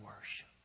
worship